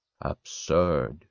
Absurd